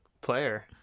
player